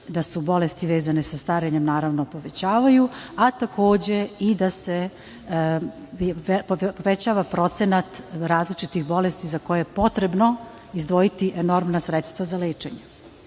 da se bolesti vezane sa starenjem povećavaju, a takođe i da se povećava procenat različitih bolesti za koje je potrebno izdvojiti enormna sredstva za